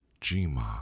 Jima